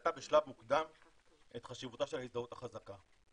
זיהתה בשלב מוקדם את חשיבותה של ההזדהות החזקה.